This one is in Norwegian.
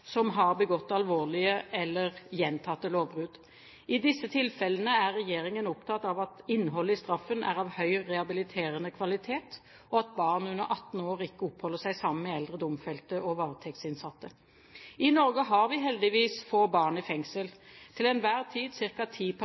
som har begått alvorlige eller gjentatte lovbrudd. I disse tilfellene er regjeringen opptatt av at innholdet i straffen er av høy rehabiliterende kvalitet, og at barn under 18 år ikke oppholder seg sammen med eldre domfelte og varetektsinnsatte. I Norge har vi heldigvis få barn i fengsel, til enhver tid ca. ti